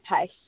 pace